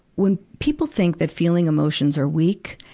when people think that feeling emotions are weak,